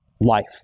life